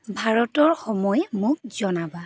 ভাৰতৰ সময় মোক জানাবা